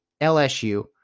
LSU